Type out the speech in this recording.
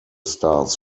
stars